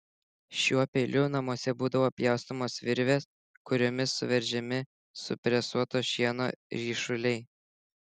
šiuo peiliu namuose būdavo pjaustomos virvės kuriomis suveržiami supresuoto šieno ryšuliai